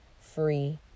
free